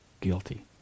guilty